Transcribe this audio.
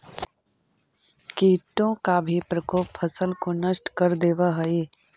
कीटों का भी प्रकोप फसल को नष्ट कर देवअ हई